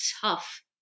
tough